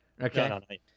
Okay